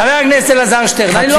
חבר הכנסת אלעזר שטרן, אני